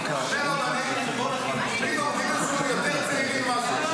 פתאום גילו שהם יותר צעירים ממה שהם?